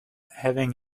having